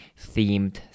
themed